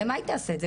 למה היא תעשה את זה?